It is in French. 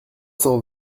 cent